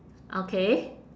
okay